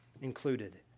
included